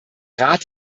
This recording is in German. rat